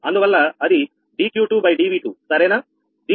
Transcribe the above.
అందువల్ల అది dQ2dV2 అవునా